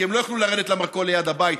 כי הם לא יוכלו לרדת למרכול ליד הבית,